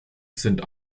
sind